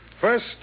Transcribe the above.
First